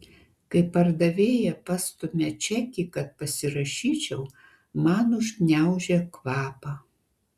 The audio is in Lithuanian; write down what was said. kai pardavėja pastumia čekį kad pasirašyčiau man užgniaužia kvapą